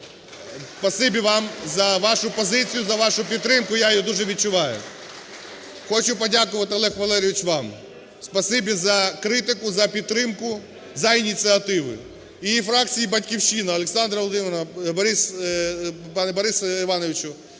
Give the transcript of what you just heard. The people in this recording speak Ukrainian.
вам за вашу позицію, за вашу підтримку, я її дуже відчуваю. Хочу подякувати, Олег Валерійович, вам. Спасибі за критику, за підтримку, за ініціативи. І фракції "Батьківщина": Олександра Володимирівна, пане Борисе Івановичу.